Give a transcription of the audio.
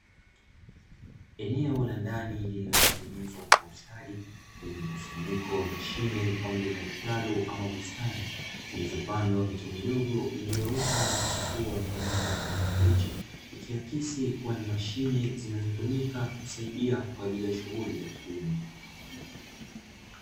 Eneo la ndani lililotengenezwa kwa ustadi lenye mkusanyiko wa mashine pamoja na vitalu ama bustani, zilizopandwa miche midogo iliyoota na kuchipua kwa rangi ya kijani kibichi, ikiakisi kuwa ni mashine zinazotumika kusaidia kwa ajili ya shughuli za kilimo.